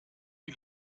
wie